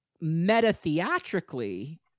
meta-theatrically